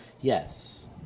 Yes